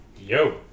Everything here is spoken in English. Yo